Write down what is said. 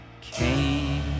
came